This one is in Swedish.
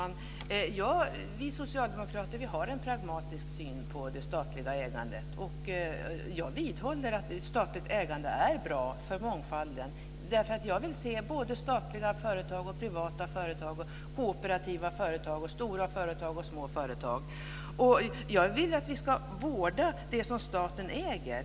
Herr talman! Vi socialdemokrater har en pragmatiskt syn på det statliga ägandet. Jag vidhåller att ett statligt ägande är bra för mångfalden. Jag vill se statliga företag, privata företag, kooperativa företag, stora företag och små företag. Jag vill att vi ska vårda det som staten äger.